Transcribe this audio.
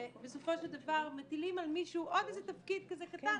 שבסופו של דבר מטילים על מישהו עוד איזה תפקיד כזה קטן,